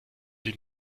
sie